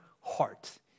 heart